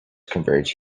converge